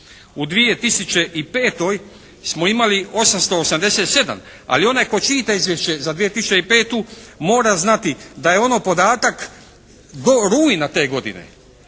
U 2005. smo imali 887. Ali, onaj tko čita izvješće za 2005. mora znati da je ono podatak do rujna te godine.